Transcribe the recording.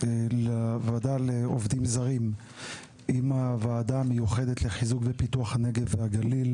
הוועדה לעובדים זרים עם הוועדה המיוחדת לחיזוק ופיתוח הנגב והגליל,